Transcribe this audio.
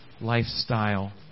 Lifestyle